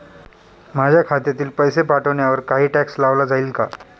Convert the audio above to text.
माझ्या खात्यातील पैसे पाठवण्यावर काही टॅक्स लावला जाईल का?